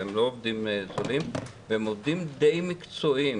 אבל הם לא עובדים --- והם עובדים די מקצועיים.